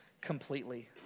completely